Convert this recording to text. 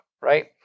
right